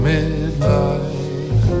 Midnight